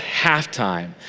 halftime